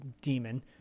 demon